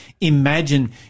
imagine